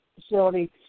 facility